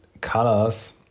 colors